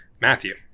Matthew